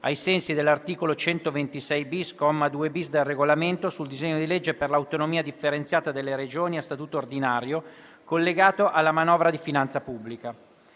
ai sensi dell'articolo 126-*bis*, comma 2-*bis*, del Regolamento, sul disegno di legge per l'autonomia differenziata delle Regioni a statuto ordinario, collegato alla manovra di finanza pubblica.